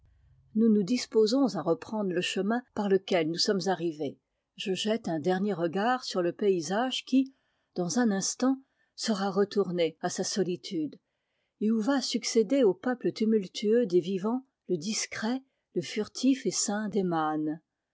nous nous disposons à reprendre le chemin par lequel nous sommes arrivés je jette un dernier regard sur le paysage qui dans un instant sera retourné à sa solitude et où va succéder au peuple tumultueux des vivants le discret le furtif essaim des mânes